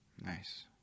Nice